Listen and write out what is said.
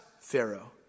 Pharaoh